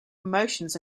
promotions